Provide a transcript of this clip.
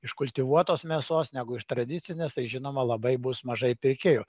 iš kultivuotos mėsos negu iš tradicinės tai žinoma labai bus mažai pirkėjų